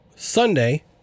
Sunday